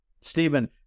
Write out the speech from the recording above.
Stephen